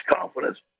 confidence